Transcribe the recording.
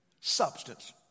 Substance